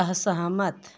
असहमत